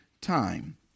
time